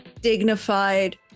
dignified